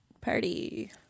party